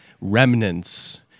remnants